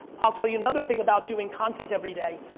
i'll tell you another thing about doing content every day.